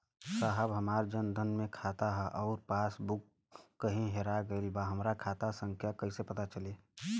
साहब हमार जन धन मे खाता ह अउर पास बुक कहीं हेरा गईल बा हमार खाता संख्या कईसे पता चली?